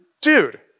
dude